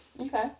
Okay